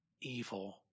evil